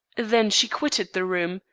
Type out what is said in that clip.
then she quitted the room,